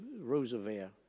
Roosevelt